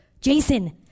Jason